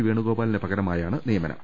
വേണുഗോപാലിന് പകരമാണ് നിയമനം